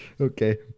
Okay